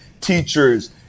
teachers